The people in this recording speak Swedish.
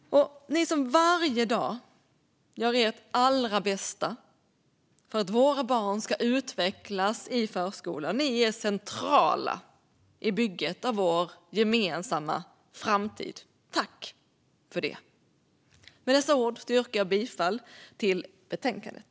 Ni som varje dag gör ert allra bästa för att våra barn ska utvecklas i förskolan är centrala i bygget av vår gemensamma framtid - tack för det! Med dessa ord yrkar jag bifall till förslaget i betänkandet.